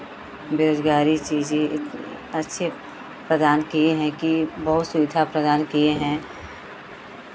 बेरोज़गारी चीज़ इतनी अच्छी प्रदान किए हैं कि बहुत सुविधा प्रदान किए हैं